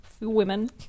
women